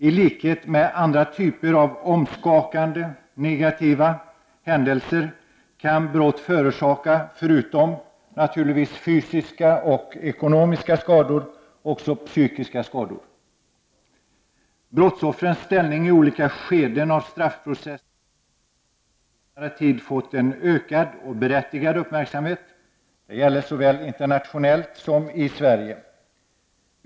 I likhet med andra typer av omskakande negativa händelser kan brott förorsaka, förutom fysiska och ekonomiska skador, psykiska skador. Brottsoffrens ställning i olika skeden av straffprocessen har på senare tid fått en ökad och berättigad uppmärksamhet såväl internationellt som i Sverige.